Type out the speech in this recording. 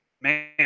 man